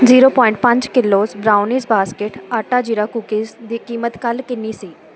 zero point ਪੰਜ kilos brownies basket ਆਟਾ ਜ਼ੀਰਾ ਕੂਕੀਜ਼ ਦੀ ਕੀਮਤ ਕੱਲ ਕਿੰਨੀ ਸੀ